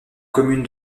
commune